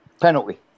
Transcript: penalty